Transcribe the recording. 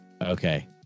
okay